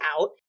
out